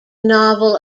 novel